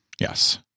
yes